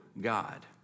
God